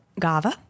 GAVA